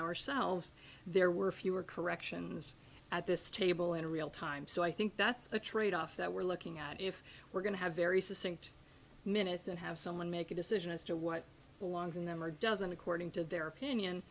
ourselves there were fewer corrections at this table in real time so i think that's a tradeoff that we're looking at if we're going to have very specific minutes and have someone make a decision as to what belongs in them or doesn't according to their opinion